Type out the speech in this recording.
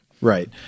Right